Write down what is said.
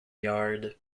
yard